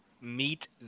meet